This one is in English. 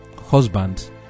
husband